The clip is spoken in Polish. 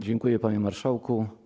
Dziękuję, panie marszałku.